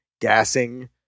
gassing